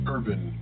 Urban